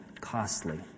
costly